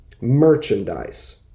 Merchandise